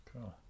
Cool